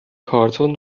کارتن